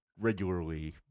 regularly